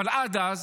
אבל עד אז,